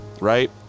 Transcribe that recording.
right